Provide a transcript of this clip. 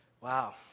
Wow